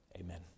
Amen